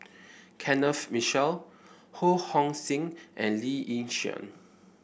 Kenneth Mitchell Ho Hong Sing and Lee Yi Shyan